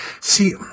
See